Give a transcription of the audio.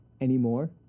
Anymore